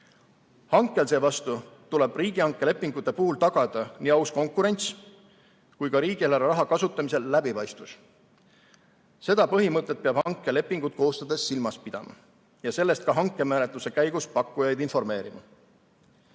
Hankel seevastu tuleb riigihankelepingute puhul tagada nii aus konkurents kui ka riigieelarve raha kasutamise läbipaistvus. Seda põhimõtet peab hankelepingut koostades silmas pidama ja sellest ka hankemenetluse käigus pakkujaid informeerima.